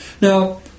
Now